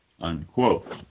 Unquote